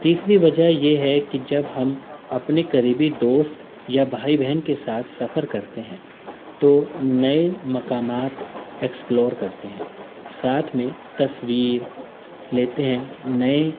تیسری وجہ یہ ہے کہ جب ہم اپنے قریبی دوست یا بھائی بہن کے ساتھ سفر کرتے ہیں تو نئے مقامات ایکسپلور کرتے ہیں ساتھ میں تصویر لیتے ہیں نئے